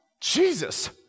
Jesus